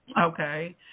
Okay